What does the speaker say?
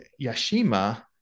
Yashima